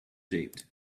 shaped